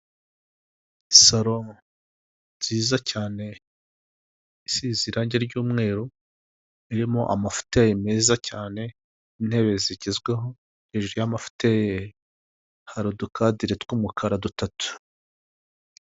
Urabibona ko rwambaye amakoti y'icyatsi, rwiganjemo inkumi n'abasore, ubona ko bari kumwe n'abandi bantu bambaye nk'abanyonzi. Harimo daso zishinzwe umutekano mu mujyi wa Kigali, basa nk'abitabiriye ibindi bintu runaka bari kumva.